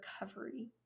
recovery